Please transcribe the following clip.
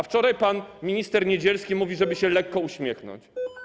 Wczoraj pan minister Niedzielski mówił, żeby lekko się uśmiechnąć.